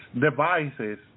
devices